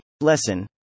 Lesson